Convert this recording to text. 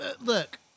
Look